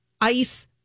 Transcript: Ice